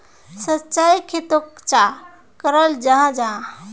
सिंचाई खेतोक चाँ कराल जाहा जाहा?